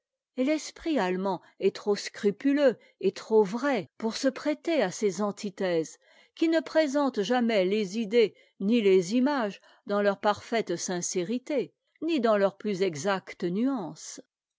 et t'esprit allemand est trop scrupuleux et trop vrai pour se prêter à ces antithèses qui ne présentent jamais les idées ni les images dans leur parfaite sincérité ni dans leurs plus exactes nuances